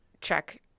check